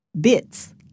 bits